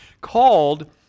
called